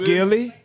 Gilly